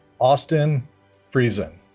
austin friesen